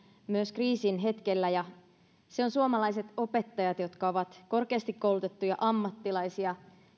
myös kriisin hetkellä ja se on suomalaiset opettajat jotka ovat korkeasti koulutettuja ammattilaisia